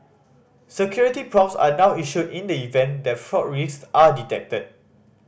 security prompts are now issued in the event that fraud risk are detected